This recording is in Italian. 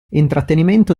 intrattenimento